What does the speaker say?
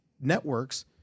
networks